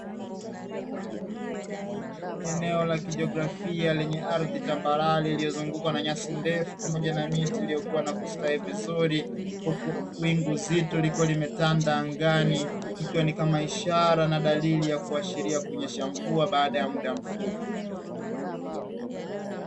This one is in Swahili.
Eneo la kijiografia lenye ardhi tambarare iliyozungukwa na nyasi ndefu pamoja na miti iliyokua na kustawi vizuri, huku wingu zito likiwa limetanda angani ikiwa ni kama ishara na dalili ya kunyesha mvua baada ya mda mfupi.